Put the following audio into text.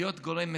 להיות גורם מפלג?